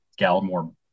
Gallimore